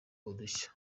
udushya